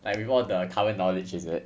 like with all the current knowledge is it